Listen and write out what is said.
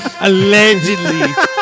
Allegedly